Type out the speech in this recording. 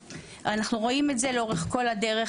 אנחנו רואים את זה לאורך כל הדרך.